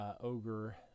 Ogre